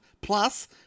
plus